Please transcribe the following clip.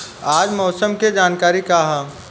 आज मौसम के जानकारी का ह?